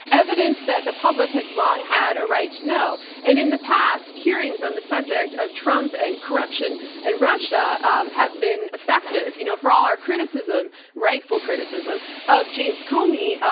evidence that the public has long had a right to know. and in the past, hearings um the subject of trump and corruption and russia um have been effective. you know, for all our criticism rightful criticism of james comey,